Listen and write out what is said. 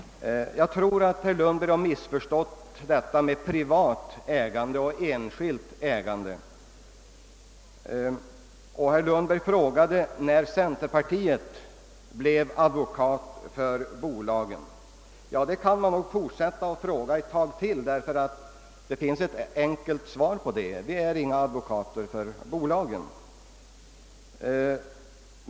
Jag tror att herr Lundberg har missförstått detta med privat ägande och enskilt ägande — fysiska och juridiska ägare. Herr Lundberg frågade nämligen, när centerpartiet blivit advokat för bolagen. Det kan han fortsätta att fråga ännu en tid, men det finns ett enkelt svar, nämligen att centerpartiet inte är någon advokat för bolagen.